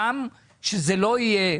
גם שזה לא יהיה,